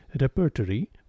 repertory